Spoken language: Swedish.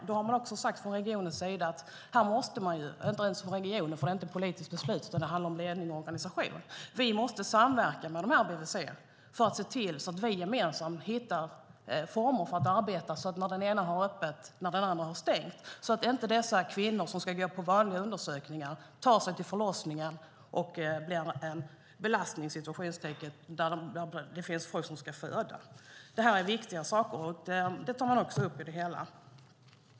Då har man sagt, och det är inte regionen eftersom det inte är ett politiskt beslut utan handlar om ledning och organisation, att man måste samverka med dessa mödravårdscentraler för att vi gemensamt ska kunna hitta former att arbeta som innebär att den ena har öppet när den andra har stängt så att inte de kvinnor som ska gå på vanliga undersökningar tar sig till förlossningen och blir en "belastning" där samtidigt som det finns kvinnor som ska föda. Detta är viktiga saker, och dem tar man också upp.